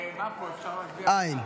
אין.